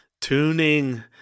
tuning